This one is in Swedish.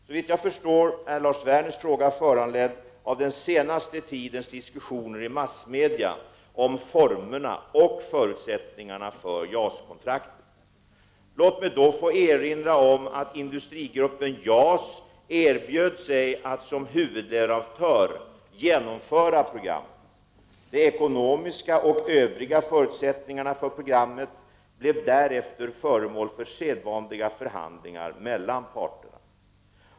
Såvitt jag förstår är Lars Werners fråga föranledd av den senaste tidens diskussioner i massmedia om formerna och förutsättningarna för JAS-kon traktet. Låt mig då erinra om att industrigruppen JAS erbjöd sig att som huvudleverantör genomföra programmet. De ekonomiska och övriga förutsättningarna för programmet blev därefter föremål för sedvanliga förhandlingar mellan parterna.